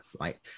right